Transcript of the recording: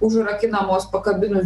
užrakinamos pakabinus